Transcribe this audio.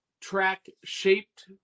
track-shaped